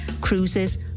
Cruises